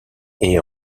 est